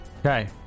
Okay